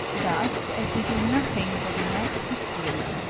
thus, as we do nothing but enact history,